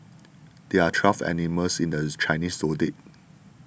there are twelve animals in the Chinese zodiac